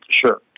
Sure